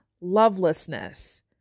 lovelessness